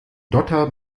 dotter